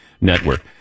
Network